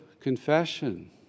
confession